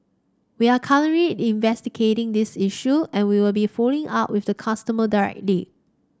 we are currently investigating this issue and we will be following up with the customer directly